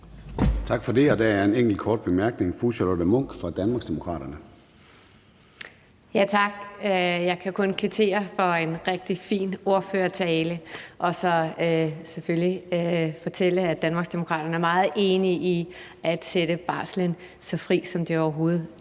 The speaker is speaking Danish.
Tak for det. Der er en enkelt kort bemærkning, og det er fra fru Charlotte Munch fra Danmarksdemokraterne. Kl. 16:17 Charlotte Munch (DD): Tak. Jeg kan kun kvittere for en rigtig fin ordførertale og så selvfølgelig fortælle, at Danmarksdemokraterne er meget enige i at sætte barslen så fri, som det overhovedet er